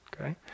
Okay